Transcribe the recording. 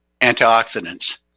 antioxidants